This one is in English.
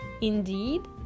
Indeed